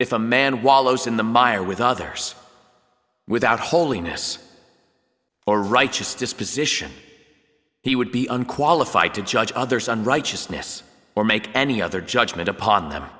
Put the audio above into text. if a man wallows in the mire with others without holiness or righteous disposition he would be unqualified to judge others on righteousness or make any other judgement upon them